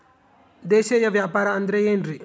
ದೇಶೇಯ ವ್ಯಾಪಾರ ಅಂದ್ರೆ ಏನ್ರಿ?